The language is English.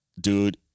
Dude